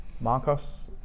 marcos